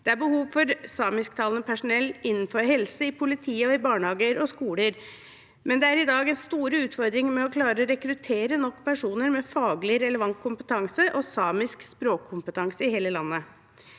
Det er behov for samisktalende personell innenfor helse, i politiet, og i barnehager og skoler, men det er i dag store utfordringer med å klare å rekruttere nok personer med både faglig relevant kompetanse og samisk språkkompetanse i hele landet.